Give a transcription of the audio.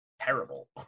terrible